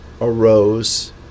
arose